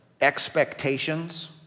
Expectations